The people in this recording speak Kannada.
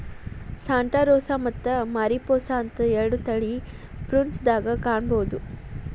ಸಾಂಟಾ ರೋಸಾ ಮತ್ತ ಮಾರಿಪೋಸಾ ಅಂತ ಎರಡು ತಳಿ ಪ್ರುನ್ಸ್ ದಾಗ ಕಾಣಬಹುದ